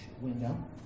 window